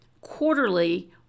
quarterly